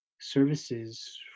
services